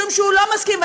משום שהוא לא מסכים.